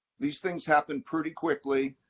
these things happen pretty quickly,